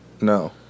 No